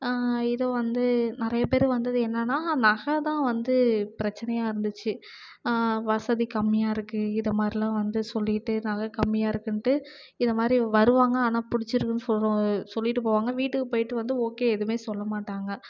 இது வந்து நிறைய பேர் வந்தது என்னன்னா நகை தான் வந்து பிரச்சனையாக இருந்துச்சு வசதி கம்மியாக இருக்கு இதுமாதிரிலாம் வந்து சொல்லிவிட்டு நகை கம்மியாக இருக்குன்ட்டு இது மாதிரி வருவாங்க ஆனால் பிடிச்சிருக்குதுனு சொல்லி சொல்லிவிட்டு போவாங்க வீட்டுக்கு போய்ட்டு வந்து ஓகே எதுவும் சொல்ல மாட்டாங்க